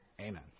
amen